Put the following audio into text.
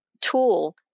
tool